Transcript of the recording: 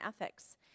ethics